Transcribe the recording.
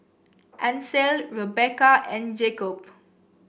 Ancel Rebekah and Jakobe